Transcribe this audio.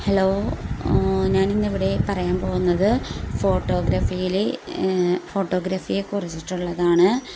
hello ഞാനിന്നിവിടെ പറയാൻ പോകുന്നത് ഫോട്ടോഗ്രാഫിയിൽ ഫോട്ടോഗ്രാഫിയെ കുറിച്ചിട്ടുള്ളതാണ്